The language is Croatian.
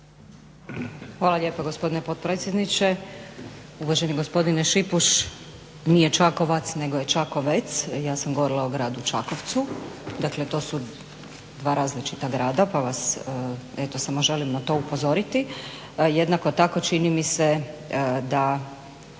Hvala lijepo gospodine potpredsjedniče. Uvaženi gospodine Šipuš, nije Čakovac nego je Čakovec. Ja sam govorila o gradu Čakovcu, dakle to su dva različita grada pa vas eto samo želim na to upozoriti. Jednako tako čini mi se da